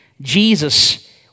Jesus